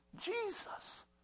jesus